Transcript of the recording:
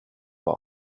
war